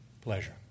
pleasure